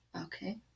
Okay